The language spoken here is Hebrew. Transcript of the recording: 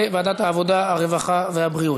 לוועדת העבודה, הרווחה והבריאות